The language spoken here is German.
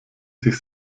sich